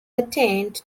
attained